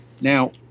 Now